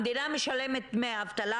המדינה משלמת דמי אבטלה.